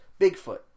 Bigfoot